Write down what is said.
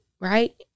right